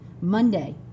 Monday